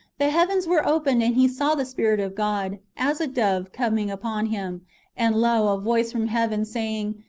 the heavens were opened, and he saw the spirit of god, as a dove, coming upon him and lo a voice from heaven, say ing.